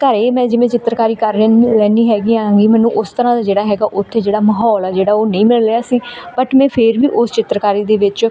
ਘਰ ਮੈਂ ਜਿਵੇਂ ਚਿੱਤਰਕਾਰੀ ਕਰ ਰਹਿਨੀ ਰਹਿੰਦੀ ਹੈਗੀ ਹਾਂ ਗੀ ਮੈਨੂੰ ਉਸ ਤਰ੍ਹਾਂ ਜਿਹੜਾ ਹੈਗਾ ਉੱਥੇ ਜਿਹੜਾ ਮਾਹੌਲ ਹੈ ਜਿਹੜਾ ਉਹ ਨਹੀਂ ਮਿਲ ਰਿਹਾ ਸੀ ਬੱਟ ਮੈਂ ਫਿਰ ਵੀ ਉਸ ਚਿੱਤਰਕਾਰੀ ਦੇ ਵਿੱਚ